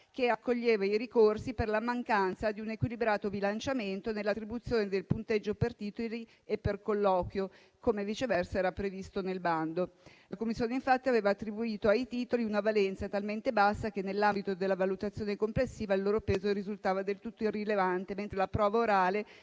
che accoglieva i ricorsi per la mancanza di un equilibrato bilanciamento nell'attribuzione del punteggio per titoli e per colloquio, come viceversa era previsto nel bando. La commissione, infatti, aveva attribuito ai titoli una valenza talmente bassa che, nell'ambito della valutazione complessiva, il loro peso risultava del tutto irrilevante, mentre la prova orale,